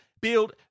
build